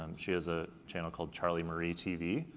um she has a channel called charlie marie tv.